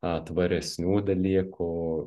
a tvaresnių dalykų